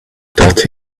that